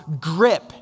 grip